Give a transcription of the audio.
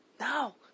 No